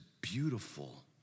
beautiful